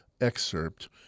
excerpt